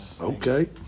Okay